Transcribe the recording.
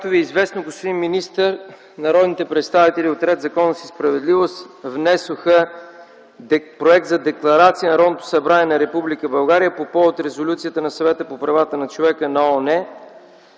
Както Ви е известно, господин министър, народните представители от „Ред, законност и справедливост” внесоха Проект за декларация на Народното събрание на Република България по повод резолюцията на Съвета по правата на човека на ООН